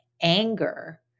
anger